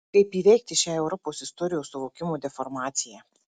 kaip įveikti šią europos istorijos suvokimo deformaciją